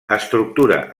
estructura